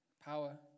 Power